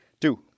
Two